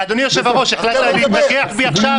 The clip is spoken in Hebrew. --- אדוני היושב-ראש, החלטת להתנגח בי עכשיו?